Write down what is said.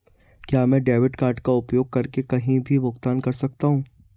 क्या मैं debit card का उपयोग करके कहीं भी भुगतान कर सकता हूं?